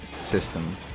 system